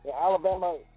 Alabama